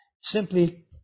simply